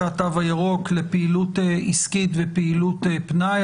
התו הירוק לפעילות עסקית ולפעילות פנאי.